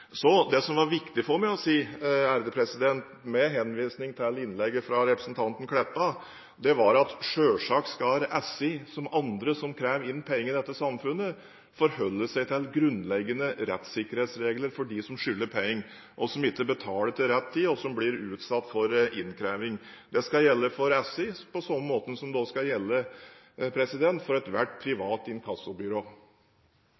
Så jeg får velge å holde meg til det jeg selv sa, og ikke den tolkningen som representanten Tybring-Gjedde har. Det som er viktig for meg å si, med henvisning til innlegget fra representanten Meltveit Kleppa, er at selvsagt skal SI, som andre som krever inn penger i dette samfunnet, forholde seg til grunnleggende rettssikkerhetsregler for dem som skylder penger og som ikke betaler til rett tid og blir utsatt for innkreving. Det skal gjelde for SI, på samme måten som